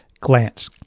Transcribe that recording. glance